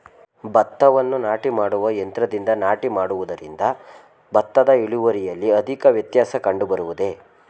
ಭತ್ತವನ್ನು ನಾಟಿ ಮಾಡುವ ಯಂತ್ರದಿಂದ ನಾಟಿ ಮಾಡುವುದರಿಂದ ಭತ್ತದ ಇಳುವರಿಯಲ್ಲಿ ಅಧಿಕ ವ್ಯತ್ಯಾಸ ಕಂಡುಬರುವುದೇ?